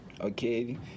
okay